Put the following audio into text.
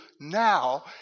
now